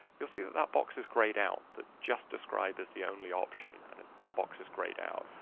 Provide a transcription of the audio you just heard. you'll see that that box is grayed out. that just describe is the only option and and the box is grayed out.